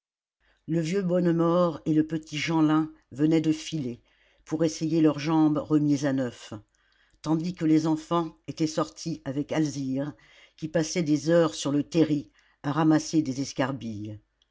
le vieux bonnemort et le petit jeanlin venaient de filer pour essayer leurs jambes remises à neuf tandis que les enfants étaient sortis avec alzire qui passait des heures sur le terri à ramasser des escarbilles